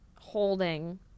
holding